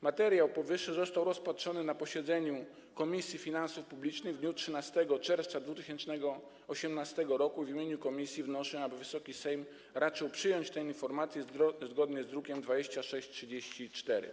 Materiał powyższy został rozpatrzony na posiedzeniu Komisji Finansów Publicznych w dniu 13 czerwca 2018 r. i w imieniu komisji wnoszę, aby Wysoki Sejm raczył przyjąć tę informację zgodnie z drukiem nr 2634.